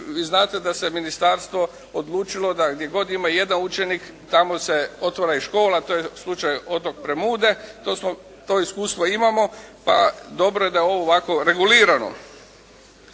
vi znate da se ministarstvo odlučilo da gdje god ima jedan učenik tamo se otvara i škola. To je slučaj otok Premude. To smo, to iskustvo imamo pa dobro je da je ovo ovako regulirano.